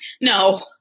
no